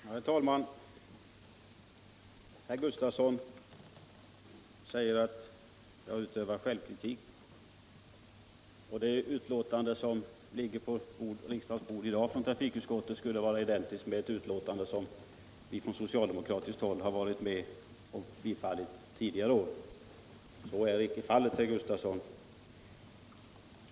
Herr talman! Herr Sven Gustafson i Göteborg sade att jag utövar självkritik, eftersom det utskottsbetänkande som ligger på vårt bord i dag är identiskt med ett betänkande som vi från socialdemokratiskt håll har varit med om att bifalla tidigare år. Så är inte alls fallet, herr Gustafson.